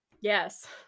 Yes